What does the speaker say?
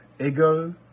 Eagle